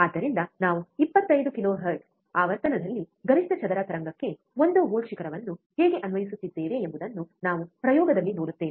ಆದ್ದರಿಂದ ನಾವು 25 ಕಿಲೋಹೆರ್ಟ್ಜ್ ಆವರ್ತನದಲ್ಲಿ ಗರಿಷ್ಠ ಚದರ ತರಂಗಕ್ಕೆ ಒಂದು ವೋಲ್ಟ್ ಶಿಖರವನ್ನು ಹೇಗೆ ಅನ್ವಯಿಸುತ್ತಿದ್ದೇವೆ ಎಂಬುದನ್ನು ನಾವು ಪ್ರಯೋಗದಲ್ಲಿ ನೋಡುತ್ತೇವೆ